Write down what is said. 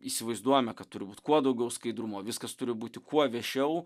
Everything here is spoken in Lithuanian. įsivaizduojame kad turi būt kuo daugiau skaidrumo viskas turi būti kuo viešiau